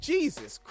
Jesus